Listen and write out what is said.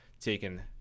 taken